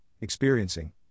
Experiencing